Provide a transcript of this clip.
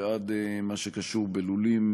ועד מה שקשור בלולים,